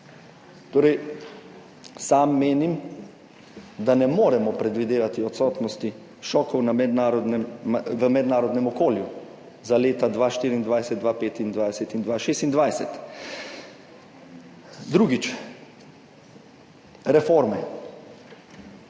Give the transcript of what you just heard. Torej sam menim, da ne moremo predvidevati odsotnosti šokov v mednarodnem okolju za leta 2024, 2025 in 2026. Drugič, reforme.